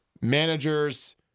managers